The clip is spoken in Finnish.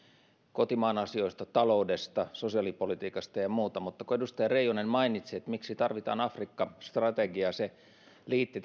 kotimaan asioista taloudesta sosiaalipolitiikasta ja muusta mutta kun edustaja reijonen mainitsi miksi tarvitaan afrikka strategia se liitti